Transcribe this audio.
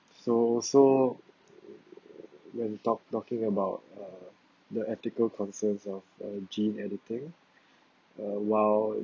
so so when talk talking about uh the ethical concerns of uh gene editing uh while